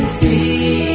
see